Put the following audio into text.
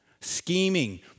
Scheming